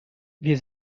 wir